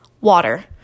Water